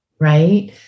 right